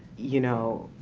you know,